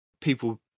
people